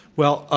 well,